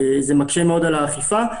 זה מקשה מאוד על האכיפה.